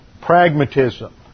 pragmatism